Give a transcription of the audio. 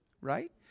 right